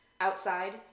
Outside